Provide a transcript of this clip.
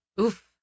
Oof